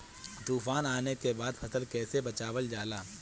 तुफान आने के बाद फसल कैसे बचावल जाला?